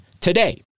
today